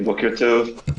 בוקר טוב.